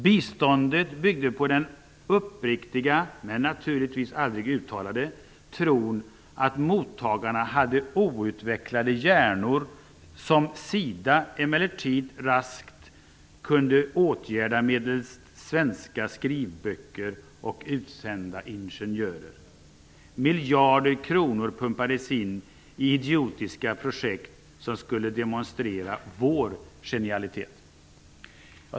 - Biståndet byggde på den uppriktiga -- men naturligtvis aldrig uttalade -- tron att mottagarna hade outvecklade hjärnor som Sida emellertid raskt kunde åtgärda medelst svenska skrivböcker och utsända ingenjörer. Miljarder kronor pumpades in i idiotiska projekt som skulle demonstrera vår genialitet.''